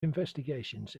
investigations